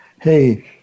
hey